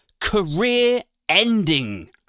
career-ending